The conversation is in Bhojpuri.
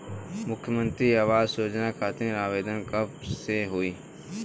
मुख्यमंत्री आवास योजना खातिर आवेदन कब से होई?